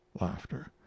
Laughter